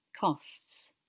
costs